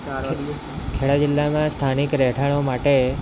ખે ખેડા જિલ્લામાં સ્થાનિક રહેઠાણો માટે